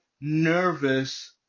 nervous